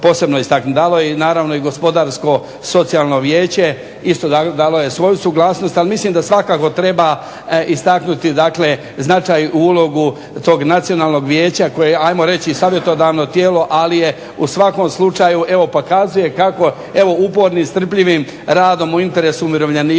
posebno istaknuti. Dalo je naravno i Gospodarsko-socijalno vijeće isto dalo je svoju suglasnost, ali mislim da svakako treba istaknuti dakle značajnu ulogu tog Nacionalnog vijeća koje je ajmo reći savjetodavno tijelo, ali je u svakom slučaju evo pa kazuje kako evo upornim, strpljivim radom u interesu umirovljenika